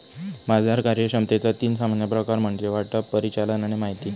बाजार कार्यक्षमतेचा तीन सामान्य प्रकार म्हणजे वाटप, परिचालन आणि माहिती